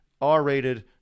R-rated